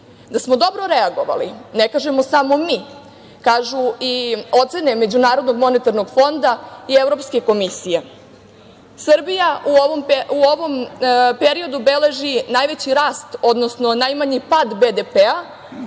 Da smo dobro reagovali, ne kažemo samo mi, kažu i ocene MMF i Evropska komisija. Srbija u ovom periodu beleži najveći rast, odnosno najmanji pad BDP,